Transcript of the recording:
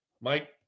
Mike